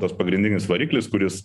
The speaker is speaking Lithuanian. tas pagrindinis variklis kuris